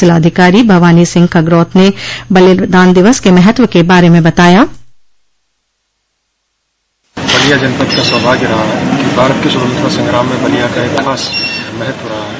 जिलाधिकारी भवानी सिंह खगरौत ने बलिदान दिवस के महत्व के बारे में बताया बलिया जनपद का सौभाग्य रहा है कि भारती स्वतंत्रता संग्राम में बलिया का इतिहास एक खास महत्व रहा है